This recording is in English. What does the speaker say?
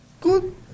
good